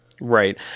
Right